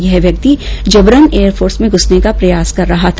यह व्यक्ति जबरन एयरफोर्स में घूसने का प्रयास कर रहा था